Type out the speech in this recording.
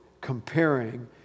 comparing